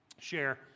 share